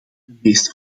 meest